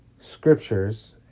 scriptures